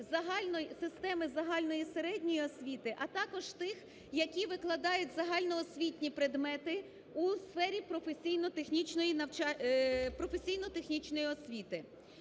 системи загальної і середньої освіти, а також тих, які викладають загальноосвітні предмети у сфері професійно-технічної освіти.